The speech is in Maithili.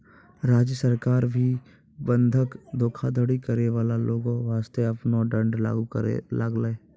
राज्य सरकार भी बंधक धोखाधड़ी करै बाला लोगो बासतें आपनो दंड लागू करै लागलै